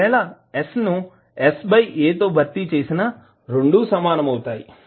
ఒకవేళ s ను sa తో భర్తీ చేసిన రెండు సమానం అవుతాయి